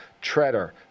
Treader